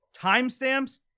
timestamps